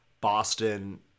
Boston